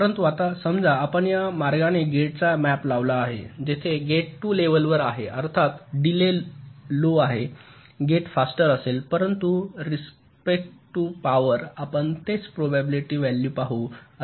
परंतु आता समजा आपण या मार्गाने गेटचा मॅप लावला आहे जेथे गेट 2 लेव्हलवर आहेत अर्थात डिलेय लो आहे गेट फास्टर असेल परंतु रिस्पेक्ट टू पॉवर आपण तेच प्रोबॅबिलिटी व्हॅल्यू पाहू